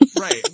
Right